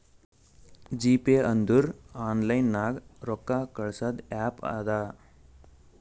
GPay ಅಂದುರ್ online ನಾಗ್ ರೊಕ್ಕಾ ಕಳ್ಸದ್ ಆ್ಯಪ್ ಅದಾ